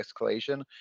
escalation